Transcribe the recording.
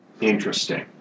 interesting